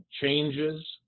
changes